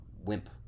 wimp